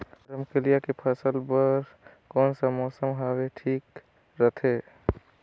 रमकेलिया के फसल बार कोन सा मौसम हवे ठीक रथे?